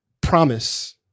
promise